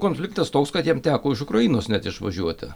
konfliktas toks kad jam teko iš ukrainos net išvažiuoti